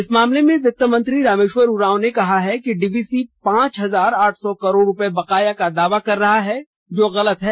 इस मामले में वित्त मंत्री रामेश्वर उरांव ने कहा कि डीवीसी पांच हजार आठ सौ करोड़ रूपये बकाया का दावा कर रहा है जो गलत है